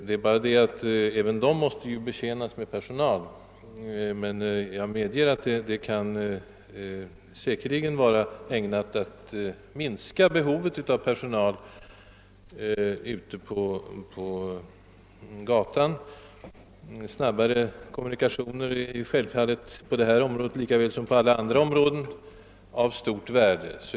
Men för att sköta den nya tekniska apparaturen behövs naturligtvis personal, fast jag gärna medger att tekniken kan bidra till att minska behovet av personal, i detta fall polispersonal på gatan — snabbare kommunikationer är självfallet på detta område liksom på alla andra av stort värde.